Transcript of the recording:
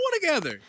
together